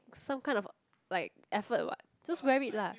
some kind of like effort what just wear it lah